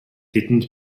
тэдэнд